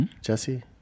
Jesse